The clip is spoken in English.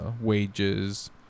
wages